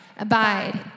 Abide